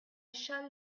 shall